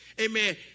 Amen